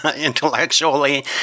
intellectually